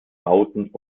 bauten